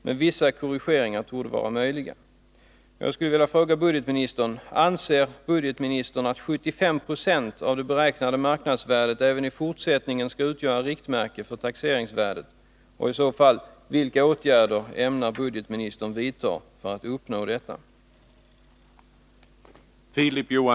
Men vissa korrigeringar torde vara möjliga att göra.